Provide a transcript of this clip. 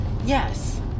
Yes